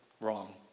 wrong